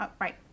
Right